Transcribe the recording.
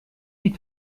die